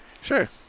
Sure